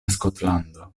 skotlando